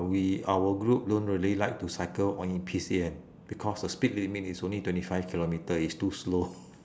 we our group don't really like to cycle on new P_C_N because the speed limit is only twenty five kilometre is too slow